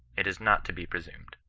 it is not to be presumed.